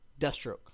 deathstroke